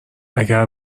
اگه